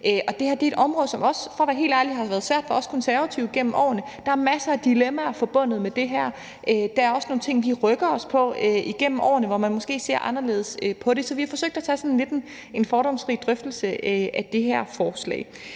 Og det her er et område, som – for at være helt ærlig – også har været svært for os Konservative igennem årene. Der er masser af dilemmaer forbundet med det her. Der er også nogle ting, hvor vi har rykket os igennem årene og måske ser anderledes på det. Så vi har forsøgt at tage sådan lidt en fordomsfri drøftelse af det her forslag.